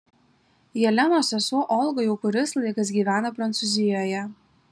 jelenos sesuo olga jau kuris laikas gyvena prancūzijoje